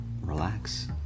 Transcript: relax